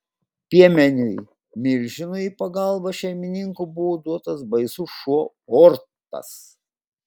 piemeniui milžinui į pagalbą šeimininko buvo duotas baisus šuo ortas